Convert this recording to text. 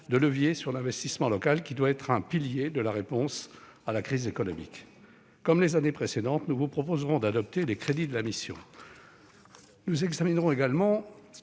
de levier sur l'investissement local, qui doit être un pilier de la réponse à la crise économique. Mes chers collègues, comme les années précédentes, nous vous proposons d'adopter les crédits de la mission.